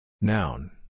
Noun